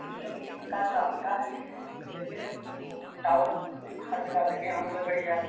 system इस प्रकार का होता है कि जैसे जब टावर हर जगह लगे होंगे बढ़िया